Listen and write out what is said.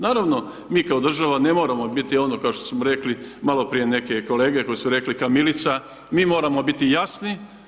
Naravno, mi kao država ne moramo biti ono, kao što smo rekli maloprije neke kolege koji su rekli kamilica, mi moramo biti jasni.